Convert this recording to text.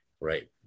right